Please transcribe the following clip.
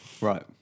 Right